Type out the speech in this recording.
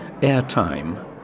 airtime